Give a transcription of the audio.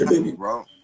bro